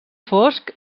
fosc